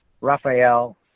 Raphael